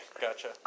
gotcha